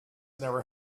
never